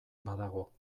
badago